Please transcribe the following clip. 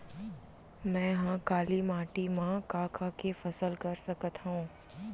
मै ह काली माटी मा का का के फसल कर सकत हव?